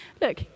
look